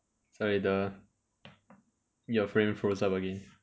sorry the your frame froze up again